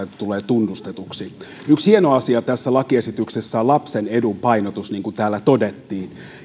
tulee tunnustetuksi yksi hieno asia tässä lakiesityksessä on lapsen edun painotus niin kuin täällä todettiin